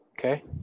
Okay